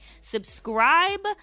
Subscribe